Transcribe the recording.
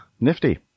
Nifty